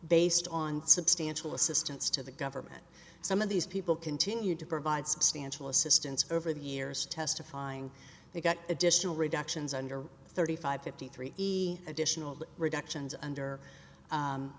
based on substantial assistance to the government some of these people continued to provide substantial assistance over the years testifying they got additional reductions under thirty five fifty three the additional reductions